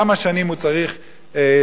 כמה שנים הוא צריך להשקיע,